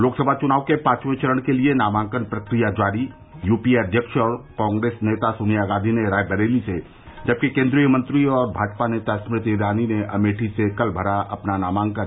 लोकसभा चुनाव के पांचवे चरण के लिये नामांकन प्रक्रिया जारी यूपीए अध्यक्ष और कांग्रेस नेता सोनिया गांधी ने रायबरेली से जबकि केन्द्रीय मंत्री और भाजपा नेता स्मृति ईरानी ने अमेठी से कल भरा अपना नामांकन